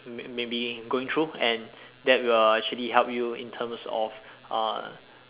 may may be going through and that will actually help you in terms of uh